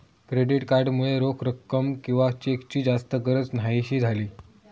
credit card मुळे रोख रक्कम किंवा चेकची जास्त गरज न्हाहीशी झाली